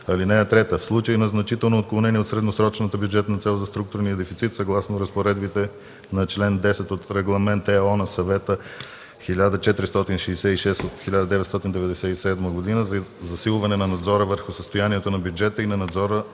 ниски. (3) В случай на значително отклонение от средносрочната бюджетна цел за структурния дефицит, съгласно разпоредбите на чл. 10 от Регламент (ЕО) на Съвета 1466/1997 за засилване на надзора върху състоянието на бюджета и на надзора